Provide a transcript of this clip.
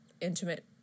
intimate